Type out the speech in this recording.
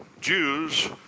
Jews